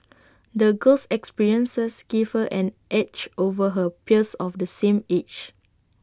the girl's experiences gave her an edge over her peers of the same age